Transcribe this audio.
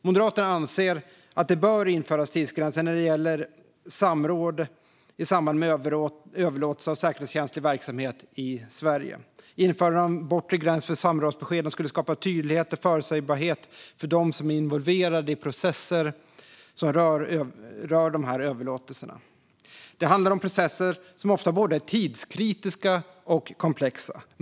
Moderaterna anser att det bör införas tidsgränser när det gäller samråd i samband med överlåtelser av säkerhetskänslig verksamhet i Sverige. Införande av en bortre gräns för samrådsbeskeden skulle skapa tydlighet och förutsägbarhet för dem som är involverade i processer som rör de här överlåtelserna. Det handlar om processer som ofta är både tidskritiska och komplexa.